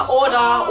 order